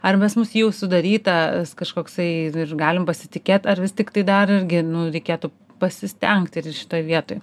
ar pas mus jau sudaryta kažkoksai ir galim pasitikėt ar vis tiktai dar irgi reikėtų pasistengti ir šitoj vietoj